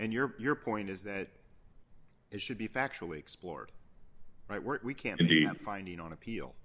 and your point is that it should be factually explored right where we can be finding on appeal